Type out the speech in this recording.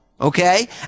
Okay